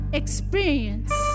experience